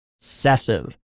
obsessive